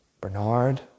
Bernard